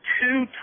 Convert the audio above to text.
two